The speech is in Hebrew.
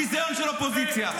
ביזיון של אופוזיציה.